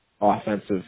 offensive